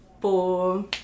four